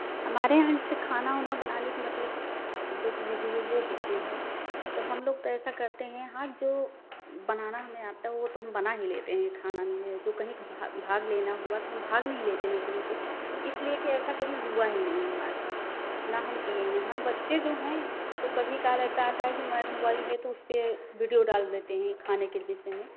हमारे यहाँ जैसे खाना ओना बनाने की मतलब जो कि विधि है वो होती है तो हम लोग तो ऐसा करते हैं हाँ जो बनाना हमें आता है वो तो हम बना ही लेते हैं खाना में है जो कहीं भाग लेना हुआ तो हम भाग नहीं लेते हैं कहीं पर इसलिए कि ऐसा कभी हुआ ही नहीं हमारे साथ ना हम किए हैं हाँ बच्चे जो हैं तो कभी काल ऐसा आता है कि इन्वाएड मुबाईल है तो उस पर विडियो डाल देते हैं खाने के विषय में